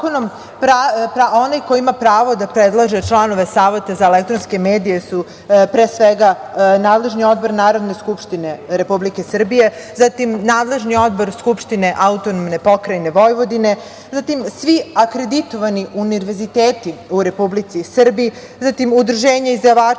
zakonom, onaj ko ima pravo da predlaže članove Saveta za elektronske medije su, pre svega, nadležni odbor Narodne skupštine Republike Srbije, zatim, nadležni odbor Skupštine AP Vojvodine, zatim, svi akreditovani univerziteti u Republici Srbiji, zatim, udruženja izdavača